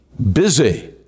Busy